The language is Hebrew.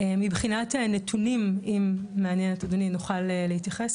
מבחינת נתונים, אם מעניין את אדוני, נוכל להתייחס.